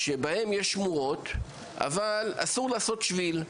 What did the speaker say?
יש שמורות אבל אסור לעשות שביל,